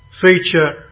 feature